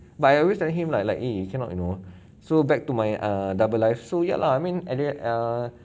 but I always tell him lah like eh you cannot you know so back to my err double life so ya lah I mean at the err